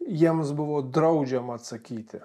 jiems buvo draudžiama atsakyti